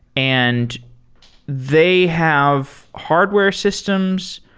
and they have hardware systems.